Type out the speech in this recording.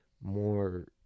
more